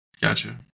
Gotcha